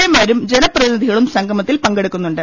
A മാരും ജനപ്രതിനിധികളും സംഗമത്തിൽ പങ്കെടുക്കുന്നു ണ്ട്